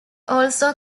also